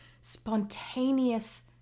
spontaneous